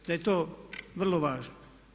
Da je to vrlo važno.